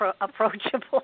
approachable